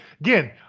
again